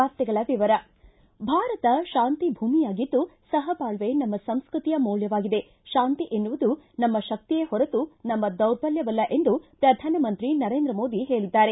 ವಾರ್ತೆಗಳ ವಿವರ ಭಾರತ ಶಾಂತಿಭೂಮಿಯಾಗಿದ್ದು ಸಹಬಾಳ್ವೆ ನಮ್ನ ಸಂಸ್ಕೃತಿಯ ಮೌಲ್ವವಾಗಿದೆ ಶಾಂತಿ ಎನ್ನುವುದು ನಮ್ನ ಶಕ್ತಿಯೇ ಹೊರತು ನಮ್ಮ ದೌರ್ಬಲ್ಯವಲ್ಲ ಎಂದು ಪ್ರಧಾನಮಂತ್ರಿ ನರೇಂದ್ರ ಮೋದಿ ಹೇಳಿದ್ದಾರೆ